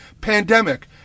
Pandemic